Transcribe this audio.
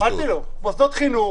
מוסדות חינוך